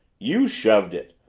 you shoved it!